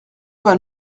pas